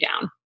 down